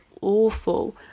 awful